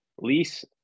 lease